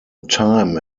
time